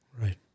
right